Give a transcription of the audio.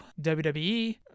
WWE